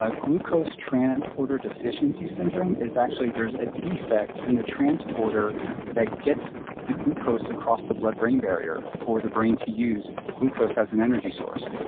ah glucose transporter deficiency syndrome is actually there's a defect in the transporter that gets the glucose across the blood-brain barrier for the brain to use and glucose as an energy source.